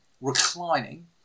reclining